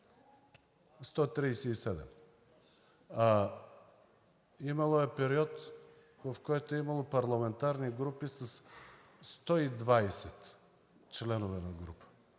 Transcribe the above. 137. Имало е период, в който е имало парламентарни групи със 120 членове на група.